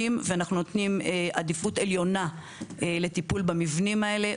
ואנחנו נותנים עדיפות עליונה לטיפול במבנים האלה.